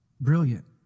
Brilliant